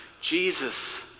Jesus